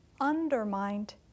undermined